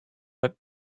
but